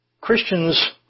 Christians